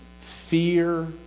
fear